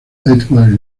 edward